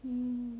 mm